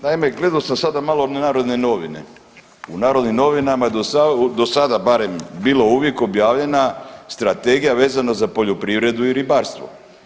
Naime, gledao sam sada malo Narodne novine, u Narodnim novinama je do sada barem bilo uvijek objavljena strategija vezana za poljoprivredu i ribarstvo.